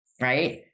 right